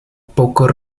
pocos